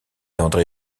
andré